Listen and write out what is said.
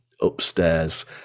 upstairs